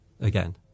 again